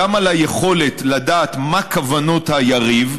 גם על היכולת לדעת מה כוונות היריב,